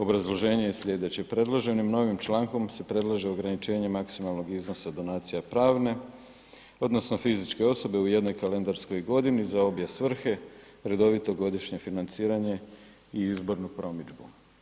Obrazloženje je slijedeće, predloženim novim člankom se predlaže ograničenje maksimalnog iznosa donacija pravne odnosno fizičke osobe u jednoj kalendarskoj godini za obje svrhe, redovito godišnje financiranje i izbornu promidžbu.